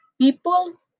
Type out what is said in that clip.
people